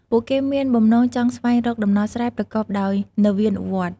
ពួកគេមានបំណងចង់ស្វែងរកដំណោះស្រាយប្រកបដោយនវានុវត្តន៍។